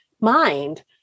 mind